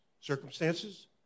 circumstances